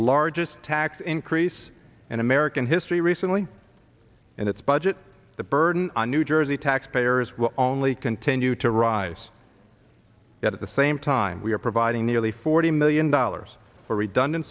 largest tax increase in american history recently and its budget the burden on new jersey taxpayer ours will only continue to rise at the same time we are providing nearly forty million dollars for redundant